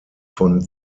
von